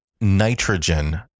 nitrogen